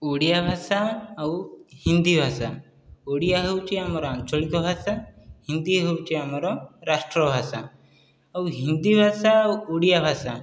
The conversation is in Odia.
ଓଡ଼ିଆ ଭାଷା ଆଉ ହିନ୍ଦୀ ଭାଷା ଓଡ଼ିଆ ହେଉଛି ଆମର ଆଞ୍ଚଳିକ ଭାଷା ହିନ୍ଦୀ ହେଉଛି ଆମର ରାଷ୍ଟ୍ର ଭାଷା ଆଉ ହିନ୍ଦୀ ଭାଷା ଆଉ ଓଡ଼ିଆ ଭାଷା